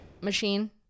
machine